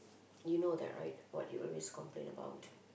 you know that right what you always complain about